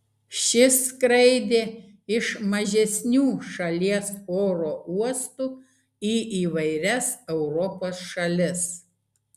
ši skraidė iš mažesnių šalies oro uostų į įvairias europos šalis